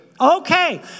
Okay